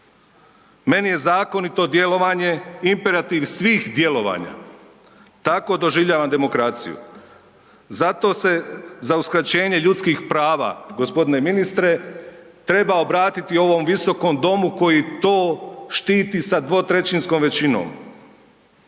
Meni je zakonito djelovanje imperativ svih djelovanja, tako doživljavam demokraciju. Zato se za uskraćenje ljudskih prava, g. ministre, treba obratiti ovom visokom domu koji to štiti sa dvotrećinskom većinom.